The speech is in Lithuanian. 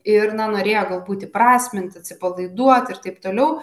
ir na norėjo galbūt įprasminti atsipalaiduoti ir taip toliau